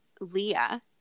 Leah